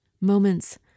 Moments